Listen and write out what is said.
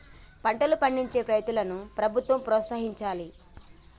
పంటలు పండించే రైతులను ప్రభుత్వం ప్రోత్సహించాలి